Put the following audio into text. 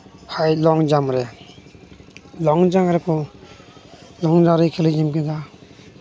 ᱦᱟᱭ ᱞᱚᱝ ᱡᱟᱢ ᱨᱮᱠᱚ ᱞᱚᱝ ᱡᱟᱢ ᱨᱮ ᱠᱷᱮᱞ ᱤᱧ ᱮᱢ ᱠᱮᱫᱟ